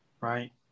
right